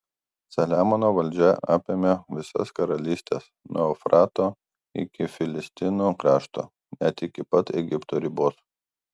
saliamono valdžia apėmė visas karalystes nuo eufrato iki filistinų krašto net iki pat egipto ribos